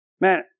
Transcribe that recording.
Man